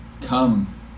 Come